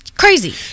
crazy